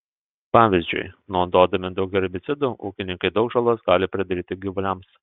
pavyzdžiui naudodami daug herbicidų ūkininkai daug žalos gali pridaryti gyvuliams